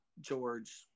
George